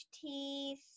teeth